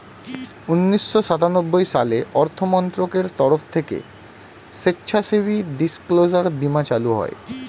উন্নিশো সাতানব্বই সালে অর্থমন্ত্রকের তরফ থেকে স্বেচ্ছাসেবী ডিসক্লোজার বীমা চালু হয়